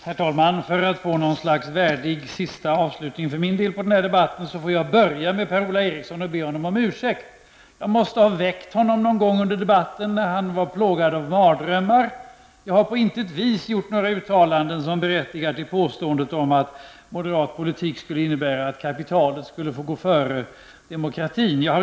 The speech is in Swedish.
Herr talman! För att få en värdig avslutning för min del på den här debatten vill jag börja med att be Per-Ola Eriksson om ursäkt. Jag måste ha väckt honom någon gång under debatten då han var plågad av mardrömmar. Jag har på intet vis gjort några uttalanden som berättigar påståendet att moderat politik skulle innebära att kapitalet får gå före demokratin.